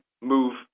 move